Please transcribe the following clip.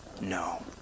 No